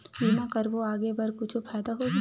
बीमा करबो आगे बर कुछु फ़ायदा होही?